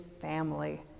family